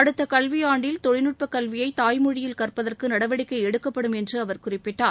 அடுத்த கல்வி ஆண்டில் தொழில்நுட்ப கல்வியை தாய்மொழியில் கற்பதற்கு நடவடிக்கை எடுக்கப்படும் என்று அவர் குறிப்பிட்டார்